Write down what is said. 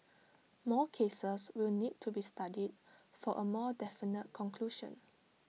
more cases will need to be studied for A more definite conclusion